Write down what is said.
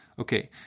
Okay